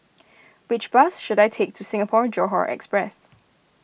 which bus should I take to Singapore Johore Express